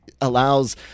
allows